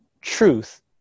truth